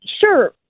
sure